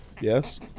Yes